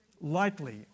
lightly